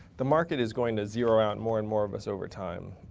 the market is going to zero out more and more of us over time.